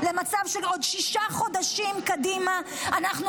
-- למצב של עוד שישה חודשים קדימה שאנחנו